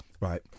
right